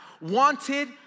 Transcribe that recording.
wanted